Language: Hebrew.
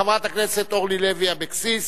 חברת הכנסת אורלי לוי אבקסיס,